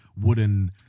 wooden